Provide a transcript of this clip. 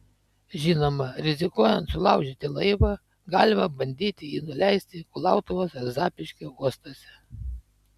žinoma rizikuojant sulaužyti laivą galima bandyti jį nuleisti kulautuvos ar zapyškio uostuose